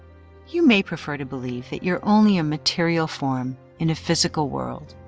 you may prefer to believe that you're only a material form in a physical world,